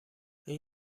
این